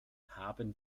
haben